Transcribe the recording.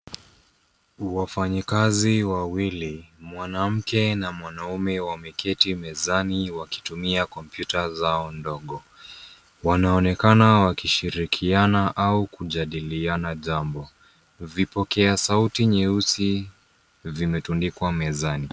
Wafanyikazi wawili, mwanamke na mwanamume wameketi mezani wakitumia kompyuta zao ndogo. Wanaonekana wakishirikiana au kujadiliana jambo. Vipokea sauti nyeusi vimetundikwa mezani.